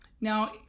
Now